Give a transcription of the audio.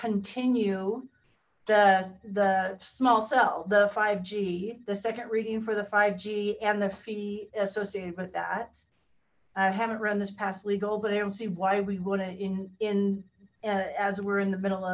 continue the the small cell the g the second reading for the g and the fee associated with that i haven't run this past legal but i don't see why we want to in in as we're in the middle